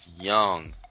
young